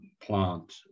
plant